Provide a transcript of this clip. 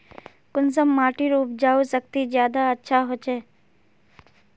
कुंसम माटिर उपजाऊ शक्ति ज्यादा अच्छा होचए?